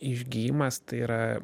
išgijimas tai yra